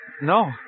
No